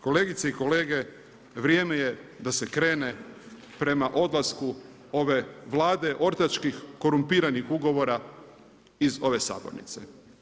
Kolegice i kolege, vrijeme je da se krene prema odlasku ove Vlade ortačkih, korumpiranih ugovora iz ove sabornice.